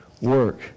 work